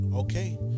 Okay